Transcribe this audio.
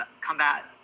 combat